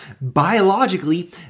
biologically